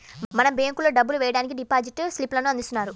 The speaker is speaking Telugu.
మనం బ్యేంకుల్లో డబ్బులు వెయ్యడానికి డిపాజిట్ స్లిప్ లను అందిస్తున్నారు